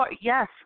yes